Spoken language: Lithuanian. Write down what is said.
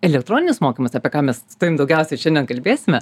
elektroninis mokymas apie ką mes su tavim daugiausiai šiandien kalbėsime